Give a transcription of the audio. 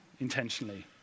intentionally